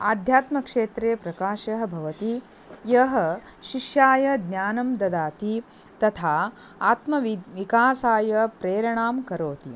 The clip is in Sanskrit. आध्यात्मक्षेत्रे प्रकाशः भवति यः शिष्याय ज्ञानं ददाति तथा आत्मविद् विकासाय प्रेरणां करोति